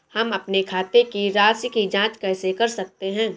हम अपने खाते की राशि की जाँच कैसे कर सकते हैं?